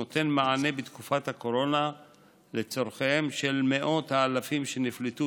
נותן מענה בתקופת הקורונה לצורכיהם של מאות האלפים שנפלטו